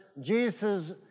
Jesus